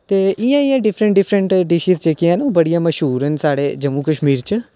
ते इयां इयां डिफरेंट डिफरेंट डिशिश जेह्कियां न ओह् बड़ियां मश्हूर न साढ़े जम्मू क च